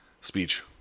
speech